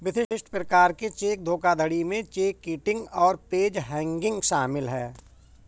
विशिष्ट प्रकार के चेक धोखाधड़ी में चेक किटिंग और पेज हैंगिंग शामिल हैं